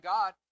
God